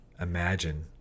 imagine